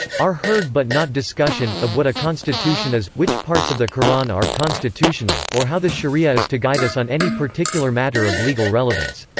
are heard but not discussion of what a constitution is, which parts of the qur'an are constitutional, or how the shari'a is to guide us on any particular matter of legal relevance.